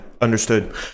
understood